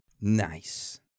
Nice